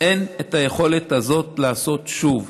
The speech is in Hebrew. שאין את היכולת הזאת לעשות שוב,